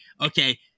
Okay